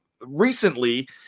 recently